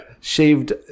Shaved